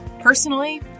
Personally